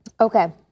Okay